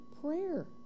prayer